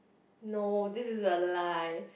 no this is a lie